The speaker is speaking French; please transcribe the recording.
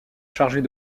chargée